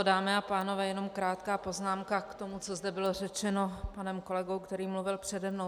Dámy a pánové, jenom krátká poznámka k tomu, co tady bylo řečeno panem kolegou, který mluvil přede mnou.